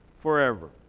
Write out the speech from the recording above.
forever